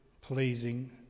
pleasing